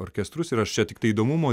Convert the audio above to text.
orkestrus ir aš čia tiktai įdomumo